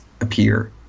appear